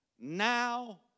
Now